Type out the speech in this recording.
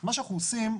מה שאנחנו עושים,